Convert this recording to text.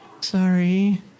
Sorry